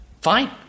fine